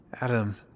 Adam